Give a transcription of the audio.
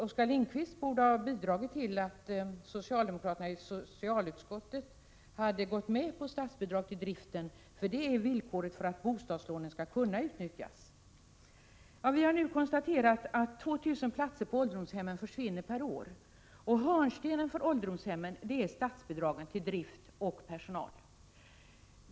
Oskar Lindkvist borde ha bidragit till att socialdemokraterna i socialutskottet hade gått med på statsbidrag till driften av ålderdomshem, för det är villkoret för att bostadslånen skall kunna utnyttjas. Vi har konstaterat att 2 000 platser per år försvinner på ålderdomshemmen. Hörnstenen för ålderdomshemmen är statsbidragen till drift och personal.